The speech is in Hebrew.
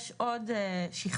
יש עוד שכבה,